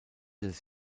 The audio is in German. des